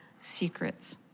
secrets